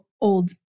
old